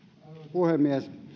puhemies